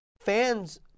fans—